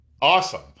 awesome